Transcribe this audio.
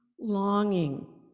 longing